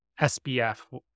SBF